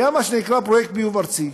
היה מה שנקרא פרויקט ביוב ארצי,